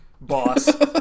boss